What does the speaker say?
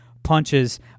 punches